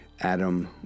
Adam